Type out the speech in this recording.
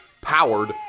powered